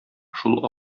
шул